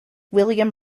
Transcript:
william